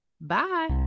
bye